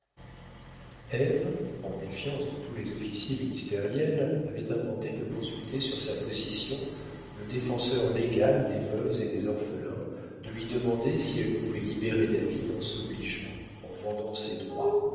en défiance de tous les officiers ministériels avait inventé de consulter sur sa position le défenseur légal des veuves et des orphelins de lui demander si elle pouvait libérer david en s'obligeant en vendant ses droits